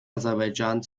aserbaidschan